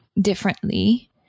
differently